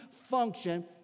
function